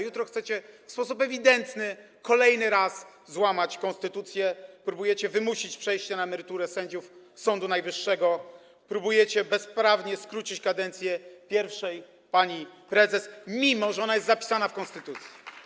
Jutro chcecie w sposób ewidentny kolejny raz złamać konstytucję, próbujecie wymusić przejście na emeryturę sędziów Sądu Najwyższego, próbujecie bezprawnie skrócić kadencję pierwszej pani prezes, mimo że jest ona zapisana w konstytucji.